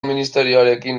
ministerioarekin